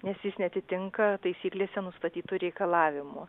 nes jis neatitinka taisyklėse nustatytų reikalavimų